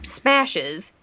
smashes